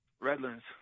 Redlands